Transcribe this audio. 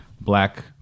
black